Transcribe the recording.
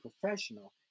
professional